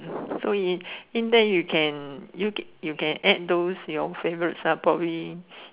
so if then you can you can you can add those your favourite stuff probably